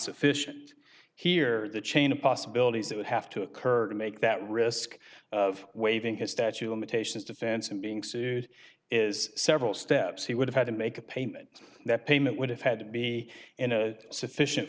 sufficient here the chain of possibilities that would have to occur to make that risk of waiving his statue imitations defense and being sued is several steps he would have had to make a payment that payment would have had to be in a sufficient